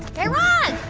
guy raz,